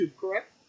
correct